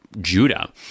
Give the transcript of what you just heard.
Judah